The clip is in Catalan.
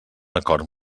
acord